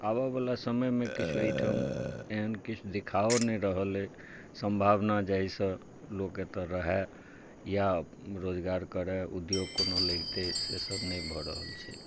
आबऽवला समयमे किछु एहिठाम एहन किछु देखाओ नहि रहल अछि सम्भावना जाहिसँ लोक एतय रहै या रोजगार करै उद्योग कोनो लगितै से सभ नहि भऽ रहल छै